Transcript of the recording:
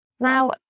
Now